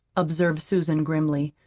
observed susan grimly.